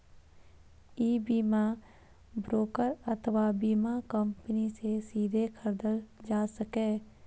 ई बीमा ब्रोकर अथवा बीमा कंपनी सं सीधे खरीदल जा सकैए